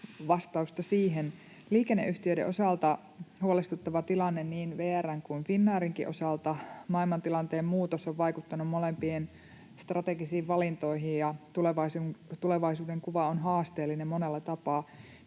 vastausta siihen. Liikenneyhtiöiden osalta on huolestuttava tilanne, niin VR:n kuin Finnairinkin osalta. Maailmantilanteen muutos on vaikuttanut molempien strategisiin valintoihin, ja tulevaisuudenkuva on haasteellinen monella tapaa.